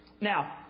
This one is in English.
Now